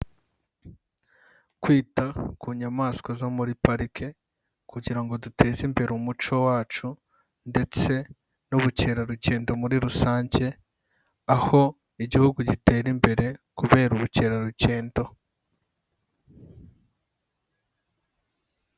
Kwita ku nyamaswa zo muri parike kugira ngo duteze imbere umuco wacu ndetse n'ubukerarugendo muri rusange, aho Igihugu gitera imbere kubera ubukerarugendo.